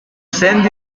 send